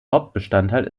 hauptbestandteil